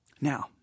Now